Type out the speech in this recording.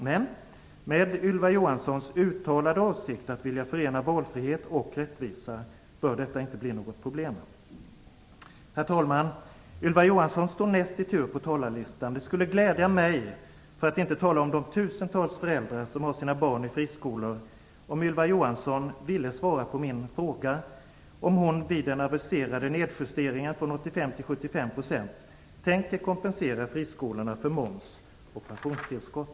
Men med Ylva Johanssons uttalade avsikt att vilja förena valfrihet och rättvisa bör inte detta bli något problem. Ylva Johansson står näst i tur på talarlistan. Det skulle glädja mig, för att inte tala om de tusentals föräldrar som har sina barn i friskolor, om Ylva Johansson ville svara på min fråga om hon vid den aviserade nedjusteringen från 85 % till 75 % tänker kompensera friskolorna för moms och pensionstillskott.